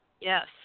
yes